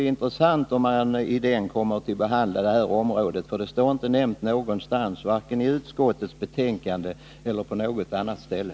Det skall bli intressant att se om man i den kommer att behandla de här frågorna, för de finns inte nämnda någonstans vare sig i utskottsbetänkandet eller på något annat ställe.